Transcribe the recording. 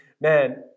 man